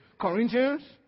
Corinthians